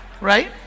Right